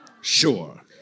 Sure